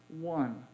one